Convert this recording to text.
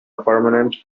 permanent